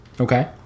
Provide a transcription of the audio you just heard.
Okay